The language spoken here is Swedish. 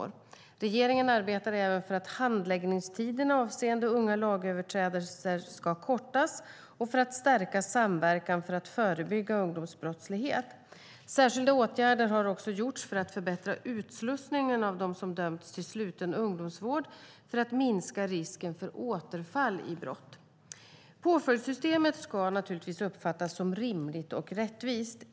Regeringen arbetar även för att handläggningstiderna avseende unga lagöverträdare ska kortas och för att stärka samverkan för att förebygga ungdomsbrottslighet. Särskilda åtgärder har också gjorts för att förbättra utslussningen av dem som dömts till sluten ungdomsvård för att minska risken för återfall i brott. Påföljdssystemet ska naturligtvis uppfattas som rimligt och rättvist.